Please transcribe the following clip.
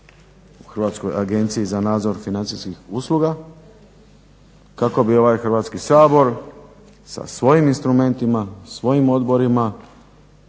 Hrvatskoj agenciji za nadzor financijskih usluga kako bi ovaj Hrvatski sabor sa svojim instrumentima, svojim odborima,